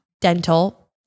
dental